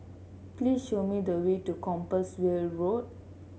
please show me the way to Compassvale Road